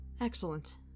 Excellent